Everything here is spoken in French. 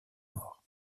morts